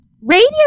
Radio